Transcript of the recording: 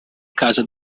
casa